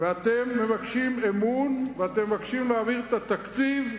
ואתם מבקשים אמון, ואתם מבקשים להעביר את התקציב?